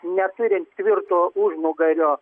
neturint tvirto užnugario